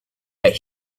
that